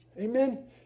Amen